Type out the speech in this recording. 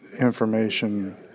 information